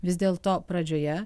vis dėlto pradžioje